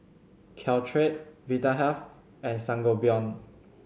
Caltrate Vitahealth and Sangobion